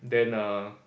then uh